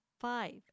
five